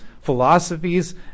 philosophies